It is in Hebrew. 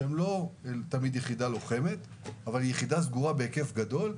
שהם לא תמיד יחידה לוחמת אבל יחידה סגורה בהיקף גדול,